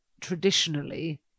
traditionally